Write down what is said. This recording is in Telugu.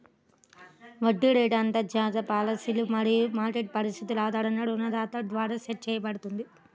వడ్డీ రేటు అంతర్గత పాలసీలు మరియు మార్కెట్ పరిస్థితుల ఆధారంగా రుణదాత ద్వారా సెట్ చేయబడుతుంది